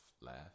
laugh